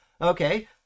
okay